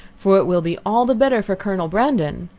for it will be all the better for colonel brandon.